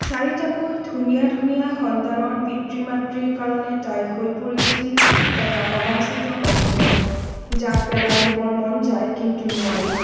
চাৰিটাকৈ ধুনীয়া ধুনীয়া সন্তানৰ পিতৃ মাতৃৰ কাৰণে তাই হৈ পৰিছিল এটা অবাঞ্চিত অংশ যাক পেলাই দিবৰ মন যায় কিন্তু নোৱাৰি